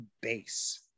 base